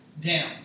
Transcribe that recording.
down